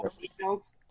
details